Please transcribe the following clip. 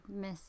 miss